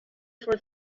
for